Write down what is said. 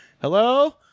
hello